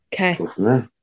Okay